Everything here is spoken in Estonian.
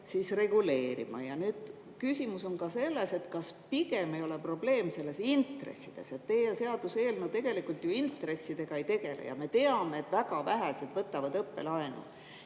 reguleerima. Ja küsimus on ka selles, et kas pigem ei ole probleem intressides. Teie seaduseelnõu intressidega ei tegele ja me teame, et väga vähesed võtavad õppelaenu.